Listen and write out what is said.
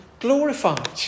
glorified